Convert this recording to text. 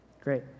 Great